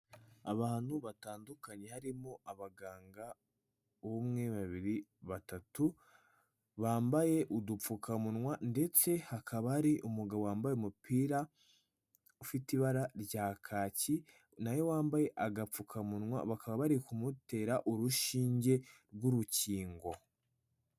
Abantu batandukanye harimo abaganga, umwe, babiri, batatu bambaye udupfukamunwa ndetse hakaba hari umugabo wambaye umupira ufite ibara rya kaki nawe wambaye agapfukamunwa, bakaba bari kumutera urushinge rw'urukingo.